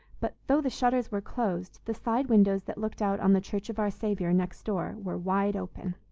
but though the shutters were closed, the side windows that looked out on the church of our saviour, next door, were wide open.